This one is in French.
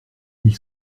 ils